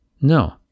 No